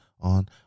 on